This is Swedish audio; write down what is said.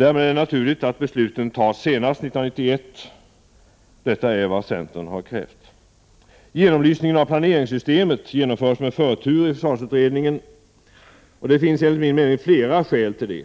är det naturligt att de långsiktiga besluten fattas senast 1991. Detta är vad centern har krävt. Genomlysningen av planeringssystemet genomförs med förtur i försvarsutredningen. Det finns enligt min mening flera skäl till det.